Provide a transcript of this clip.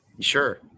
Sure